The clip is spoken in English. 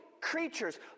creatures